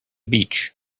beach